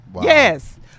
Yes